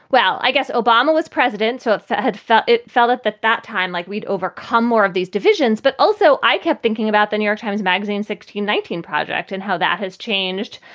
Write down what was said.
well, i guess obama was president. so i had felt it felt it that that time like we'd overcome more of these divisions. but also, i kept thinking about the new york times magazine, sixteen nineteen project and how that has changed,